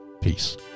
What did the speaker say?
Peace